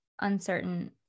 uncertain